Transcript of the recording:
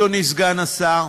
אדוני סגן השר,